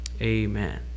amen